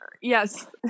Yes